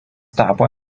tapo